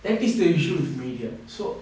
that is the issue of media so